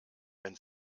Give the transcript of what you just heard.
wenn